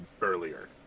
earlier